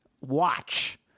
watch